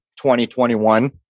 2021